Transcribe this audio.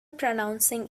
pronouncing